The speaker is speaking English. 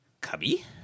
Cubby